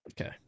Okay